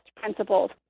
Principles